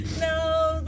No